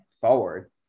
forward